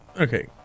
Okay